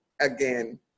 again